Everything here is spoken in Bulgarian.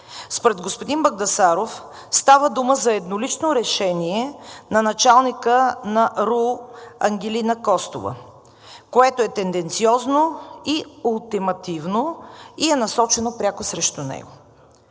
Според господин Багдасаров става дума за еднолично решение на началника на РУО Ангелина Костова, което е тенденциозно и ултимативно и е насочено пряко срещу него.